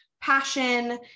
passion